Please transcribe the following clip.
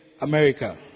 America